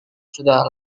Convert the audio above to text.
sudah